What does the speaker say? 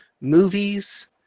movies